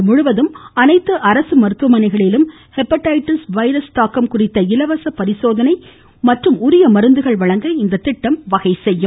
நாடு முழுவதும் அனைத்து அரசு மருத்துவமனைகளிலும் ஹெப்படைட்டிஸ் வைரஸ் தாக்கம் குறித்த இலவச பரிசோதனை மற்றும் உரிய மருந்துகள் வழங்க இத்திட்டம் வகை செய்யும்